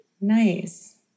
Nice